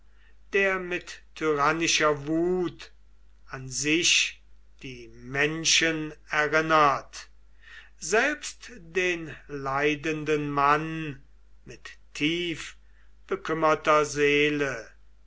der mit tyrannischer wut an sich die menschen erinnert selbst den leidenden mann mit tief bekümmerter seele